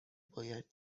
باید